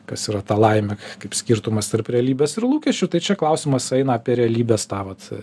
kas yra ta laimė kaip skirtumas tarp realybės ir lūkesčių tai čia klausimas eina apie realybės tą vat